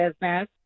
business